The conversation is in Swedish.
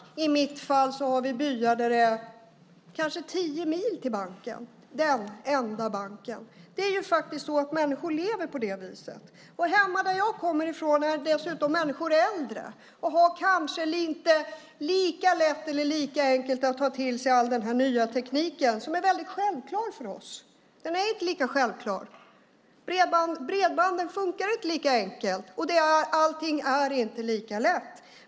Där jag kommer ifrån finns det byar som ligger kanske tio mil från den enda banken. Människor lever faktiskt på det viset. I min hembygd är många människor dessutom äldre och har kanske inte lika lätt att ta sig all denna nya teknik som är självklar för oss. Den är inte lika självklar för dessa människor. Bredbanden fungerar inte lika enkelt, och allting är inte lika lätt.